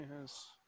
Yes